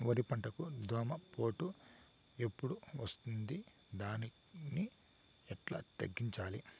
వరి పంటకు దోమపోటు ఎప్పుడు వస్తుంది దాన్ని ఎట్లా తగ్గించాలి?